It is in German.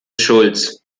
schulz